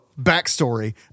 backstory